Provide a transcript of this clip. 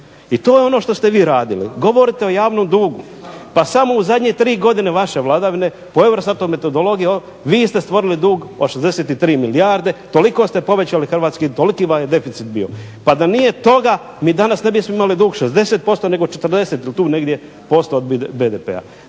I to je ono što ste vi radili. Govorite o javnom dugu. Pa samo u zadnje tri godine vaše vladavine po EUROSTAT-noj metodologiji vi ste stvorili dug od 63 milijarde, toliko ste povećali hrvatski, toliki vam je deficit bio. Pa da nije toga, mi danas ne bismo imali dug 60% nego 40 ili